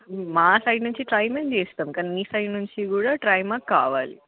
మా సైడ్ నుంచి ట్రై మేము చేస్తాం కానీ మీ సైడ్ నుంచి కూడా ట్రై మాకు కావాలి